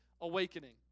awakening